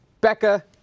Becca